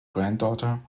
granddaughter